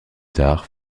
tard